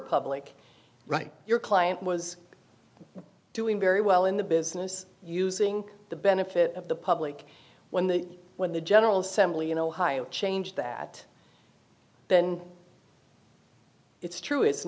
public right your client was doing very well in the business using the benefit of the public when the when the general assembly in ohio changed that then it's true isn't